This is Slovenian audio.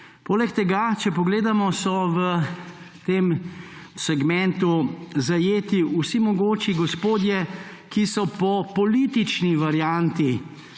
Poleg tega, če pogledamo, so v tem segmentu zajeti vsi mogoči gospodje, ki so po politični varianti